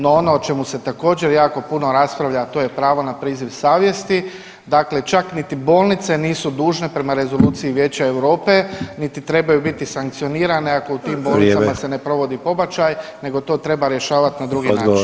No ono o čemu se također jako puno raspravlja, a to je pravo na priziv savjesti, dakle čak niti bolnice nisu dužne prema Rezoluciji Vijeća Europe niti trebaju biti sankcionirane ako u tim [[Upadica Sanader: Vrijeme.]] bolnicama se ne provodi pobačaj nego to treba rješavat na drugi način.